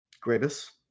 Gravis